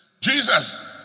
Jesus